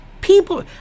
People